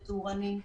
תאורנים,